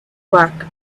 work